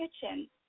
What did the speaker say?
kitchen